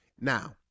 Now